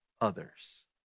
others